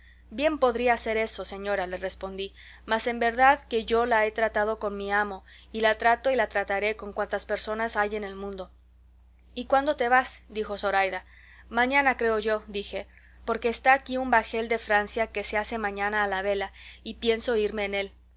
bien podría ser eso señora le respondí mas en verdad que yo la he tratado con mi amo y la trato y la trataré con cuantas personas hay en el mundo y cuándo te vas dijo zoraida mañana creo yo dije porque está aquí un bajel de francia que se hace mañana a la vela y pienso irme en él